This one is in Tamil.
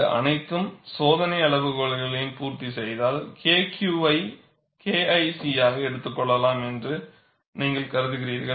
இது அனைத்து சோதனை அளவுகோல்களையும் பூர்த்தி செய்தால் KQ ஐ KIC ஆக எடுத்துக் கொள்ளலாம் என்று நீங்கள் கூறுகிறீர்கள்